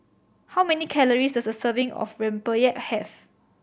how many calories does a serving of rempeyek have